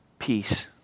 peace